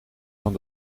van